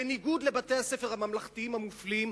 בניגוד לבתי-הספר הממלכתיים המופלים,